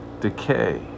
decay